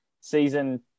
Season